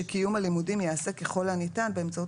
שקיום הלימודים ייעשה ככל הניתן באמצעות